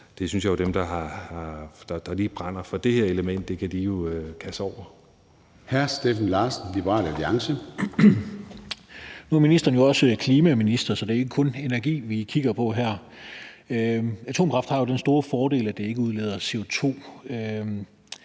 det synes jeg jo, at dem, der lige brænder for det her element, kan kaste sig over. Kl. 21:58 Formanden (Søren Gade): Hr. Steffen Larsen, Liberal Alliance. Kl. 21:58 Steffen Larsen (LA): Nu er ministeren jo også klimaminister, så det er ikke kun energi, vi kigger på her. Atomkraft har jo den store fordel, at det ikke udleder CO2,